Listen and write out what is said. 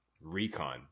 recon